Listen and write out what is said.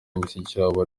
mushikiwabo